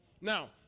Now